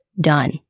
done